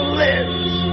lives